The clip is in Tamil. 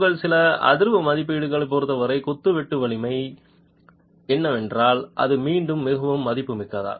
உங்கள் நில அதிர்வு மதிப்பீட்டைப் பொருத்தவரை கொத்து வெட்டு வலிமை என்னவென்றால் இது மீண்டும் மிகவும் மதிப்புமிக்கது